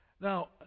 Now